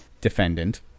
defendant